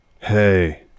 Hey